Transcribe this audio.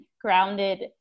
grounded